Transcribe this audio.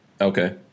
Okay